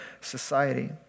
society